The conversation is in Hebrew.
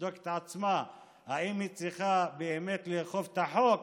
לבדוק את עצמה: האם היא צריכה באמת לאכוף את החוק